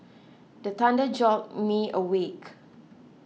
the thunder jolt me awake